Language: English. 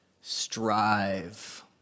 Strive